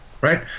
right